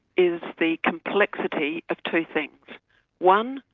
is the complexity of two things one,